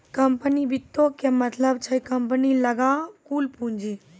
company वित्तो के मतलब छै कम्पनी लगां कुल पूंजी